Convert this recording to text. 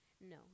No